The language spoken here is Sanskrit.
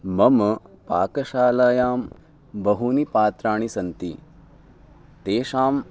मम पाकशालायां बहूनि पात्राणि सन्ति तेषां